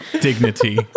dignity